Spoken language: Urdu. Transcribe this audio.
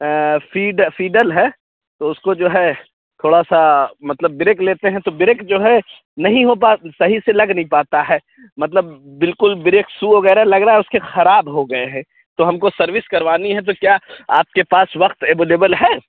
فیڈ فیڈل ہے تو اُس کو جو ہے تھوڑا سا مطلب بریک لیتے ہیں تو بریک جو ہے نہیں ہو پا صحیح سے لگ نہیں پاتا ہے مطلب بالکل بریک سو وغیرہ لگ رہا ہے اُس کے خراب ہو گیے ہیں تو ہم کو سروس کروانی ہے تو کیا آپ کے پاس وقت اویلیبل ہے